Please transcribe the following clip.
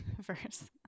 verse